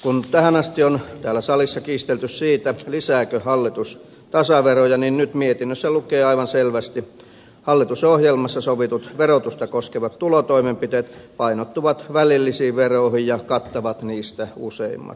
kun tähän asti on täällä salissa kiistelty siitä lisääkö hallitus tasaveroja niin nyt mietinnössä lukee aivan selvästi että hallitusohjelmassa sovitut verotusta koskevat tulotoimenpiteet painottuvat välillisiin veroihin ja kattavat niistä useimmat